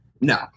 No